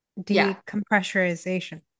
decompressurization